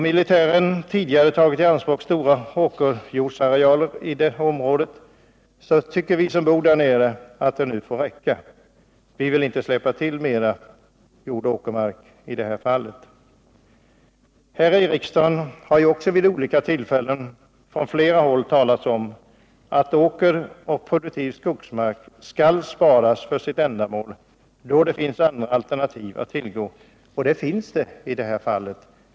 Då militären tidigare tagit i anspråk stora åkerjordsarealer i området, tycker vi som bor där nere att det nu får räcka. Vi vill inte släppa till mera åkermark. Här i riksdagen har vid olika tillfällen flera talat om att åker och produktiv skogsmark skall sparas för sitt ändamål, då det finns andra alternativ att tillgå —och det finns det i detta fall.